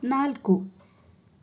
ನಾಲ್ಕು